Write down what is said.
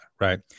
right